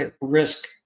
risk